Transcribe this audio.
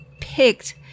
picked